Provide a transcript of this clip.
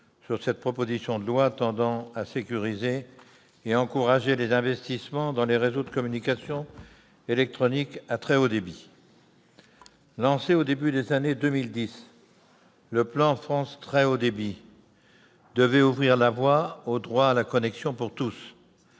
sur cette proposition de loi tendant à sécuriser et à encourager les investissements dans les réseaux de communications électroniques à très haut débit. Lancé au début des années 2010, le plan France très haut débit devait ouvrir la voie au droit à la connexion pour tous.